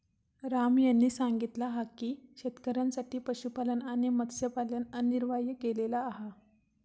राम यांनी सांगितला हा की शेतकऱ्यांसाठी पशुपालन आणि मत्स्यपालन अनिवार्य केलेला हा